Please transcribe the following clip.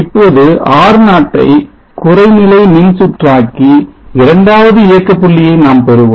இப்போது R0 ஐ குறை நிலை மின்சுற்றாக்கி இரண்டாவது இயக்க புள்ளியை நாம் பெறுவோம்